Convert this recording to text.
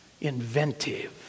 inventive